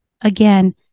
again